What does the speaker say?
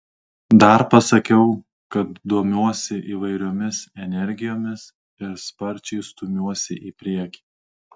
dar pasakiau kad domiuosi įvairiomis energijomis ir sparčiai stumiuosi į priekį